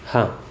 हां